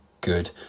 good